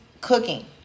cooking